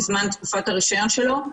בזמן תקופת הרישיון שלו,